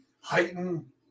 heighten